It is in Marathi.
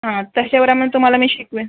हां तशावर मग तुम्हाला मी शिकवेन